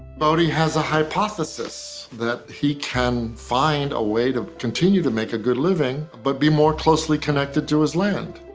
boddy has a hypothesis that he can find a way to continue to make a good living, but be more closely connected to his land.